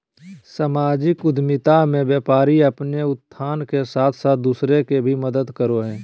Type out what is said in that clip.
सामाजिक उद्द्मिता मे व्यापारी अपने उत्थान के साथ साथ दूसर के भी मदद करो हय